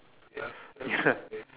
ya